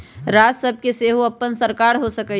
राज्य सभ के सेहो अप्पन सरकार हो सकइ छइ